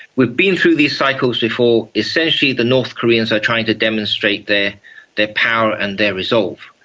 we've been through these cycles before. essentially the north koreans are trying to demonstrate their their power and their resolve.